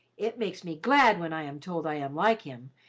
it makes me glad when i am told i am like him,